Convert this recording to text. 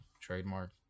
trademark